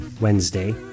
Wednesday